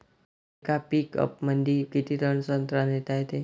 येका पिकअपमंदी किती टन संत्रा नेता येते?